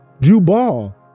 Jubal